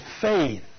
faith